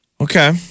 Okay